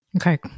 Okay